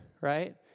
right